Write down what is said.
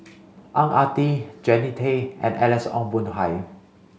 Ang Ah Tee Jannie Tay and Alex Ong Boon Hau